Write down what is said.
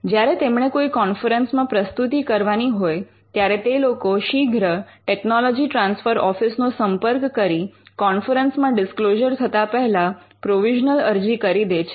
જ્યારે તેમણે કોઈ કોન્ફરન્સમાં પ્રસ્તુતિ કરવાની હોય ત્યારે તે લોકો શીઘ્ર ટેકનોલોજી ટ્રાન્સફર ઓફિસ નો સંપર્ક કરી કોન્ફરન્સમાં ડિસ્ક્લોઝર થતા પહેલા પ્રોવિઝનલ અરજી કરી દે છે